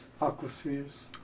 Aquaspheres